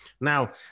Now